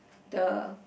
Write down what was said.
the